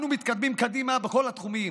אנחנו מתקדמים קדימה בכל התחומים,